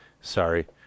Sorry